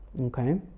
Okay